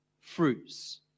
fruits